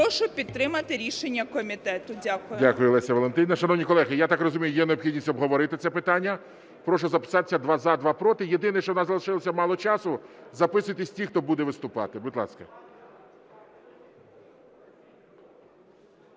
Прошу підтримати рішення комітету. Дякую. ГОЛОВУЮЧИЙ. Дякую, Лесю Валентинівно. Шановні колеги, я так розумію, є необхідність обговорити це питання. Прошу записатися: два – за, два – проти. Єдине, що в нас залишилося мало часу, записуйтесь ті, хто буде виступати. Будь ласка.